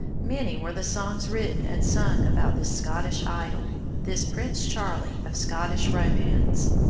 many were the songs written and sung about this scottish idol this prince charlie of scottish romance.